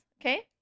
Okay